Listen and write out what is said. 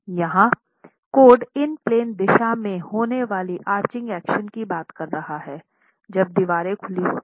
यहां कोड in plane दिशा में होने वाली आर्चिंग एक्शन की बात कर रहा हैजब दीवारें खुली होती है